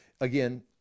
again